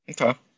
Okay